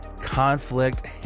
conflict